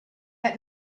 had